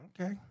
Okay